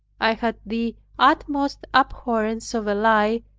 i had the utmost abhorrence of a lie,